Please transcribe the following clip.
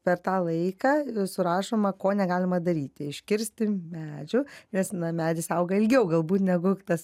per tą laiką surašoma ko negalima daryti iškirsti medžių nes na medis auga ilgiau galbūt negu tas